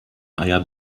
eier